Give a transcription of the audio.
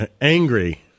angry